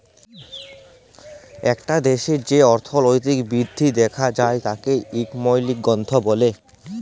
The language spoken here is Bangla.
একটা দ্যাশের যে অর্থলৈতিক বৃদ্ধি দ্যাখা যায় তাকে ইকলমিক গ্রথ ব্যলে